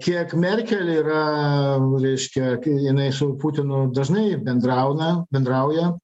kiek merkeli yra reiškia jinai su putinu dažnai bendrauna bendrauja